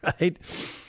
right